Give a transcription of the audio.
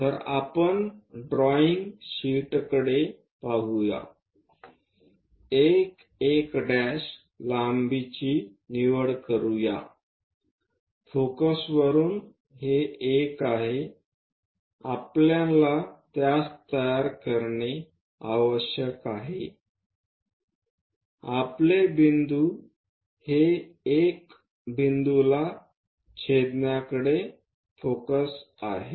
तर आपण ड्रॉईंग शीटकडे पाहूया 11' लांबीची निवड करूया फोकसवरुन हे 1 आहे आपल्याला त्यास तयार करणे आवश्यक आहे आपले बिंदू हे एका बिंदूला छेदण्याकडे फोकस आहे